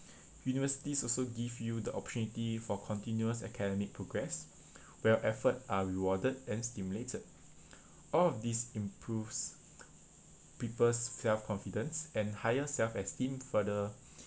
universities also give you the opportunity for continuous academic progress where effort are rewarded and stimulated all of these improves people's self-confidence and higher self-esteem further